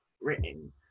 written